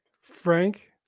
Frank